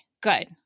good